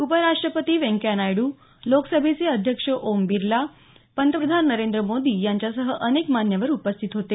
उपराष्टपती व्यंकय्या नायड्र लोकसभेचे अध्यक्ष ओम बिर्ला पंतप्रधान नरेंद्र मोदी यांच्यासह अनेक मान्यवर उपस्थित होते